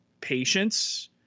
patience